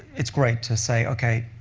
it's great to say, ok,